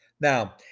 Now